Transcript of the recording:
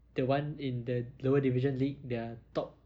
the one in the lower division league their top